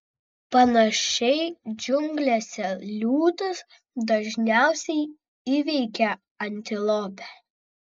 panašiai džiunglėse liūtas dažniausiai įveikia antilopę